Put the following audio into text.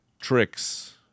tricks